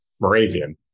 Moravian